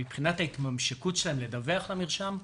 מבחינת ההתממשקות שלהן לדווח למרשם,